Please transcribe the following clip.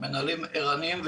המנהלים ערניים.